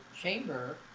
chamber